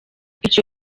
icyo